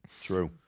true